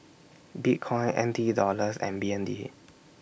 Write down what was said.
Bitcoin N T Dollars and B N D